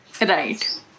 Right